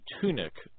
tunic